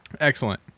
Excellent